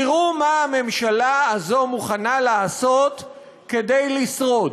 תראו מה הממשלה הזאת מוכנה לעשות כדי לשרוד.